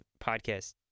podcast